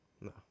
No